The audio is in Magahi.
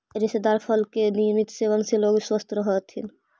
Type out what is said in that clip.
रेशेदार फल के नियमित सेवन से लोग स्वस्थ रहऽ हथी